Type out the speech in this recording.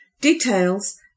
Details